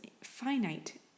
finite